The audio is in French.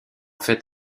fait